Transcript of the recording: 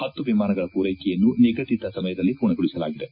ಹತ್ತು ವಿಮಾನಗಳ ಪೂರೈಕೆಯನ್ನು ನಿಗದಿತ ಸಮಯದಲ್ಲಿ ಪೂರ್ಣಗೊಳಿಸಲಾಗಿದೆ